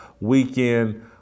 weekend